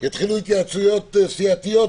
יתחילו התייעצויות סיעתיות,